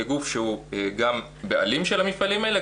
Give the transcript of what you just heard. כגוף שהוא גם הבעלים של המפעלים האלה,